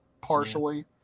partially